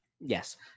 yes